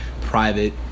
private